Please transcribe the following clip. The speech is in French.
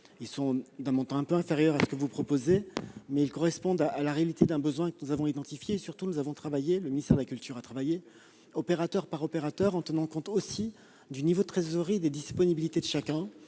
D'un montant un peu inférieur à ce qui est proposé, ils correspondent à la réalité d'un besoin que nous avons identifié. Surtout, le ministère de la culture a travaillé opérateur par opérateur, en tenant compte aussi du niveau de trésorerie et des disponibilités de chacun.